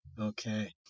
Okay